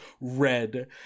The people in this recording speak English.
red